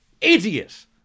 idiot